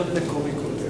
נתקבלה.